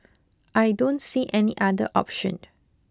I don't see any other option